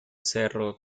cerro